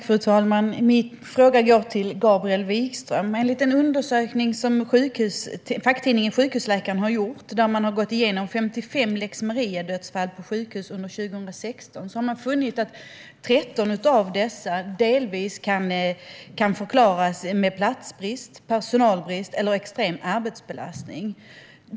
Fru talman! Min fråga går till Gabriel Wikström. Facktidningen Sjukhusläkaren har gjort en undersökning där man gått igenom 55 lex Maria-dödsfall på sjukhus under 2016. Man har funnit att 13 av dessa delvis kan förklaras med platsbrist, personalbrist eller extrem arbetsbelastning.